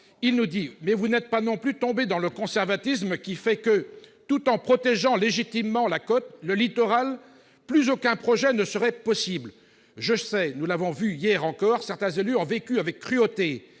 Littoral :« Mais vous n'êtes pas non plus tombés dans le conservatisme qui fait que, tout en protégeant légitimement la côte, le littoral, plus aucun projet ne serait possible. Je sais, nous l'avons vu hier encore, que certains élus ont vécu avec cruauté-